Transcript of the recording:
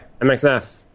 MXF